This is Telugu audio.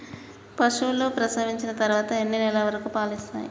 పశువులు ప్రసవించిన తర్వాత ఎన్ని నెలల వరకు పాలు ఇస్తాయి?